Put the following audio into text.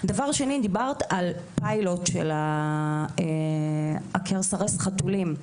דבר שני, דיברת על פיילוט של "עקר, סרס" חתולים.